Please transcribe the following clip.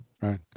Right